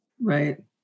Right